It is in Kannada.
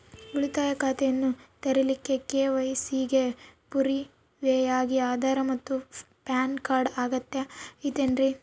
ಉಳಿತಾಯ ಖಾತೆಯನ್ನ ತೆರಿಲಿಕ್ಕೆ ಕೆ.ವೈ.ಸಿ ಗೆ ಪುರಾವೆಯಾಗಿ ಆಧಾರ್ ಮತ್ತು ಪ್ಯಾನ್ ಕಾರ್ಡ್ ಅಗತ್ಯ ಐತೇನ್ರಿ?